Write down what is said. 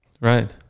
Right